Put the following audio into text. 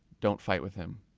don't fight with him.